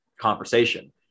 conversation